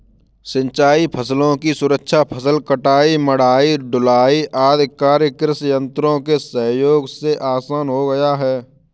सिंचाई फसलों की सुरक्षा, फसल कटाई, मढ़ाई, ढुलाई आदि कार्य कृषि यन्त्रों के सहयोग से आसान हो गया है